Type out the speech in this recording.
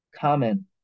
common